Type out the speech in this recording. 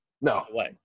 No